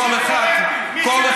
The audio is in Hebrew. כל אחד ואחד,